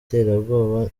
iterabwoba